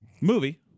Movie